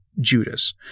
Judas